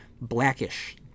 Blackish